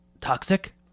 toxic